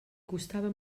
costava